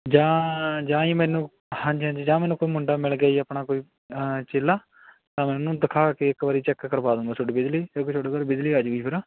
ਜਾਂ ਜਾਂ ਜੀ ਮੈਨੂੰ ਹਾਂਜੀ ਹਾਂਜੀ ਜਾਂ ਮੈਨੂੰ ਕੋਈ ਮੁੰਡਾ ਮਿਲ ਗਿਆ ਜੀ ਆਪਣਾ ਕੋਈ ਚੇਲਾ ਤਾਂ ਮੈਂ ਉਹਨੂੰ ਦਿਖਾ ਕੇ ਇੱਕ ਵਾਰ ਚੈੱਕ ਕਰਵਾ ਦੂੰਗਾ ਤੁਹਾਡੀ ਬਿਜਲੀ ਕਿਉਂਕਿ ਤੁਹਾਡੇ ਘਰ ਬਿਜਲੀ ਆ ਜਾਵੇਗੀ ਫਿਰ